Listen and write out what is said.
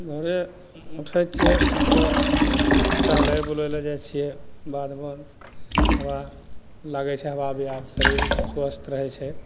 भोरे उठय छियै सुतिकऽ टहलय बुलय लए जाइ छियै बाध वन हवा लागय छै हवा बिहारि शरीर स्वस्थ रहय छै